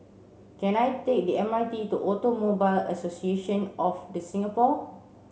can I take the M R T to Automobile Association of the Singapore